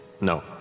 No